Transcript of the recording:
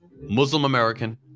Muslim-American